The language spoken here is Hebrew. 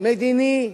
מדיני,